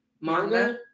manga